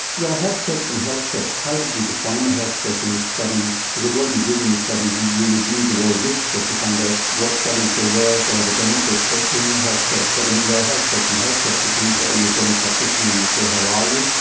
there are health checks and health checks. how did you define a health check in this study, because what you did in this study is you reviewed the world literature to find out what studies there were for the benefits of doing a health check. but i mean there are health checks and health checks. you come in to see your general practitioner and they say how are you,